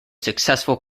successful